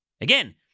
Again